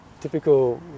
Typical